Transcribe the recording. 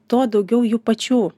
tuo daugiau jų pačių